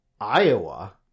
Iowa